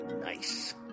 nice